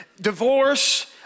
Divorce